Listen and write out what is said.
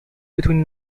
between